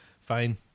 Fine